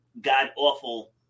god-awful